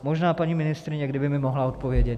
Možná paní ministryně kdyby mi mohla odpovědět.